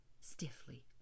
stiffly